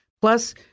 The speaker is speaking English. Plus